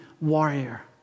warrior